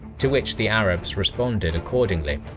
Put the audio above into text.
to which the arabs responded accordingly.